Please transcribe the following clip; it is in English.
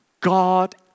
God